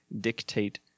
dictate